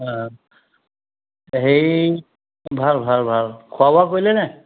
অঁ হেৰি ভাল ভাল ভাল খোৱা বোৱা কৰিলেনে